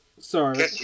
Sorry